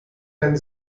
ein